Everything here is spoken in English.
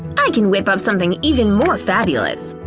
i can whip up something even more fabulous!